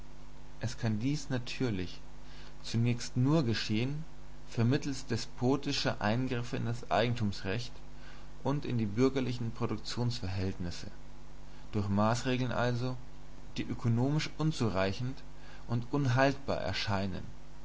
es kann dies natürlich zunächst nur geschehen vermittelst despotischer eingriffe in das eigentumsrecht und in die bürgerlichen produktionsverhältnisse durch maßregeln also die ökonomisch unzureichend und unhaltbar erscheinen